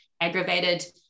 aggravated